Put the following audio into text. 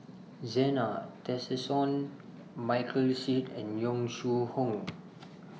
Zena Tessensohn Michael Seet and Yong Shu Hoong